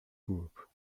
group